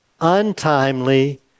untimely